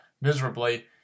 miserably